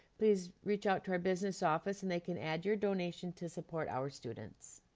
please reach out to our business office and they can add your donation to support our students.